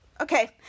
Okay